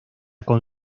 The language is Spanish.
con